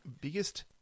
biggest